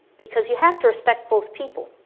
because you have to respect both people